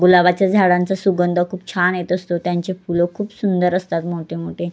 गुलाबाच्या झाडांचा सुगंध खूप छान येत असतो त्यांचे फुलं खूप सुंदर असतात मोठे मोठे